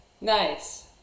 nice